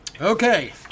Okay